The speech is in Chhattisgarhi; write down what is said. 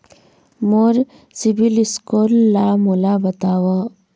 मोर सीबील स्कोर ला मोला बताव?